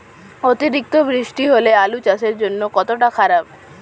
অতিরিক্ত বৃষ্টি হলে আলু চাষের জন্য কতটা খারাপ?